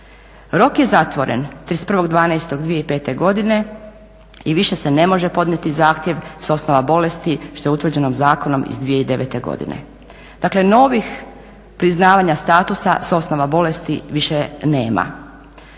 Rok je zatvoren 31.12.2005. godine i više se ne može podnijeti zahtjev sa osnova bolesti što je utvrđeno zakonom iz 2009. godine. Dakle, novih priznavanja statusa sa osnova bolesti više nema.